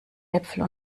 äpfeln